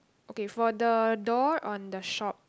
okay for the door on the shop